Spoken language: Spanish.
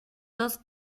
dos